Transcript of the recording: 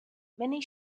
many